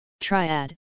Triad